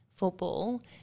football